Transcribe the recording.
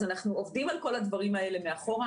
אז אנחנו עובדים על כל הדברים האלה מאחורה.